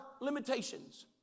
limitations